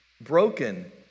broken